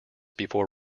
before